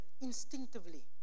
instinctively